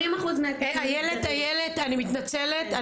איילת, איילת, אני מתנצלת.